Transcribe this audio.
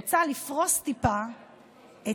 אני רוצה לפרוס קצת את